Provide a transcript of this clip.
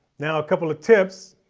now a couple of tips,